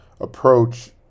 approach